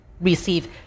receive